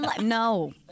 No